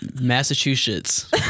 Massachusetts